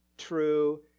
True